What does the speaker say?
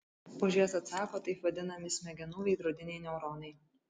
už jas atsako taip vadinami smegenų veidrodiniai neuronai